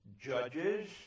Judges